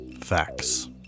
Facts